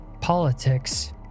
politics